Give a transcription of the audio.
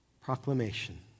proclamation